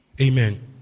Amen